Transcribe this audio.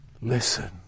Listen